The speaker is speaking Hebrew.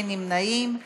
אין נמנעים,